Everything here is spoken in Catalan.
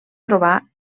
trobar